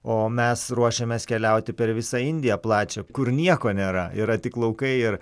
o mes ruošiamės keliauti per visą indiją plačią kur nieko nėra yra tik laukai ir